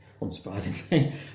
Unsurprisingly